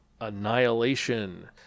annihilation